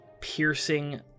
piercing